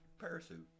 parachute